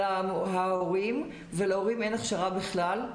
אלא ההורים, ולהורים אין הכשרה בכלל.